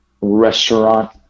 restaurant